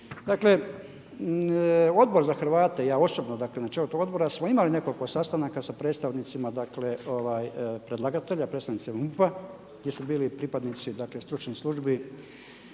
Dakle, Odbor za Hrvate, ja osobno na čelu tog odbora smo imali nekoliko sastanaka sa predstavnicima predlagatelja, predstavnicima MUP-a, gdje su bili pripadnici stručnih službi